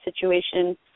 situation